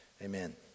Amen